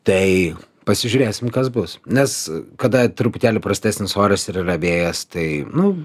tai pasižiūrėsim kas bus nes kada truputėlį prastesnis oras ir yra vėjas tai nu